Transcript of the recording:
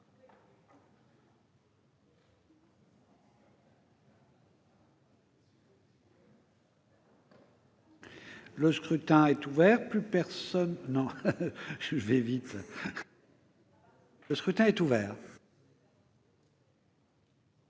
Le scrutin est ouvert.